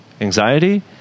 anxiety